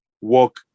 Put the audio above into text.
work